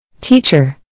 Teacher